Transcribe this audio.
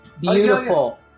Beautiful